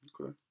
Okay